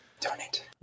donate